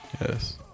Yes